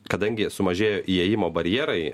kadangi sumažėjo įėjimo barjerai